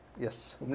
Yes